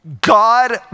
God